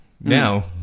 Now